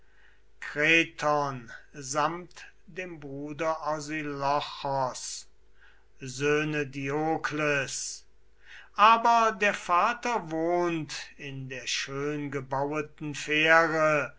orsilochos söhne diokles aber der vater wohnt in der schöngebaueten fähre